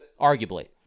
arguably